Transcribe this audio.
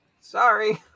Sorry